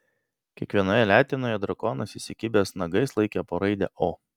kiekvienoje letenoje drakonas įsikibęs nagais laikė po raidę o